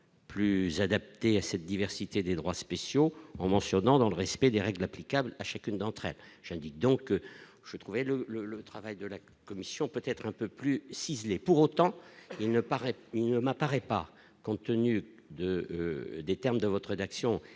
plus adaptée à cette diversité des droits spéciaux en mentionnant dans le respect des règles applicables à chacune d'entre eux. Je dis donc, j'ai trouvé le le le travail de la commission, peut-être un peu plus ciselée, pour autant, il ne paraît, il ne m'apparaît pas compte tenu de des termes de votre rédaction